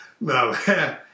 No